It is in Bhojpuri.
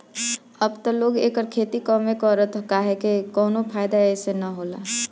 अब त लोग एकर खेती कमे करता काहे से कवनो फ़ायदा एसे न होला